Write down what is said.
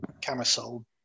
camisole